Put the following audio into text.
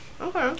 Okay